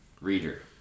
Reader